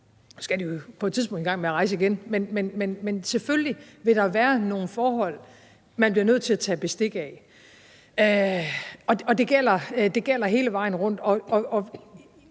Nu skal vi jo på et tidspunkt i gang med at rejse igen, men selvfølgelig vil der være nogle forhold, man bliver nødt til at tage bestik af, og det gælder hele vejen rundt.